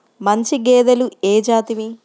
మంచి గేదెలు ఏ జాతివి?